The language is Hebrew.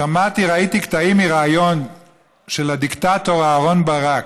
שמעתי וראיתי קטעים מריאיון של הדיקטטור אהרן ברק,